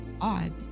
odd